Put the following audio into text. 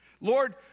Lord